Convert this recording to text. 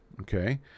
Okay